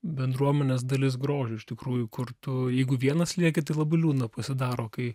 bendruomenės dalis grožio iš tikrųjų kur tu jeigu vienas lieki tai labai liūdna pasidaro kai